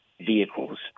vehicles